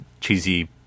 cheesy